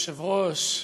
אדוני היושב-ראש,